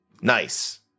Nice